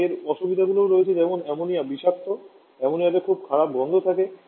তবে এর অসুবিধাগুলিও রয়েছে যেমন অ্যামোনিয়া বিষাক্ত অ্যামোনিয়াতে খুব খারাপ গন্ধ থাকে